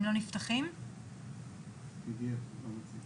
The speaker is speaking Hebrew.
הם נחשבים לאחד מצורות